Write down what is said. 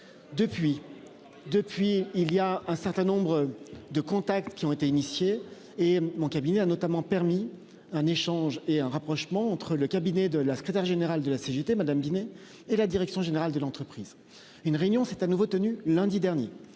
depuis il y a un certain nombre de contacts qui ont été initiés et mon cabinet a notamment permis un échange et un rapprochement entre le cabinet de la secrétaire générale de la CGT, madame Binet et la direction générale de l'entreprise. Une réunion s'est à nouveau tenu lundi dernier